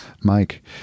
Mike